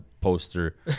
poster